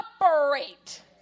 operate